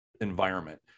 environment